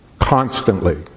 Constantly